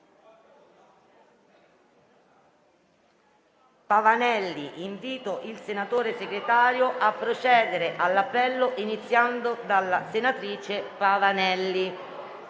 Pavanelli).* Invito il senatore Segretario a procedere all'appello, iniziando dalla senatrice Pavanelli.